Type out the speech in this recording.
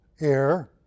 air